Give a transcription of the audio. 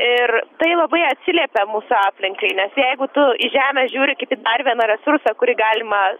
ir tai labai atsiliepia mūsų aplinkai nes jeigu tu į žemę žiūri kitaip į dar vieną resursą kurį galima